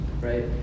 right